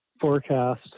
forecast